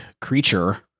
creature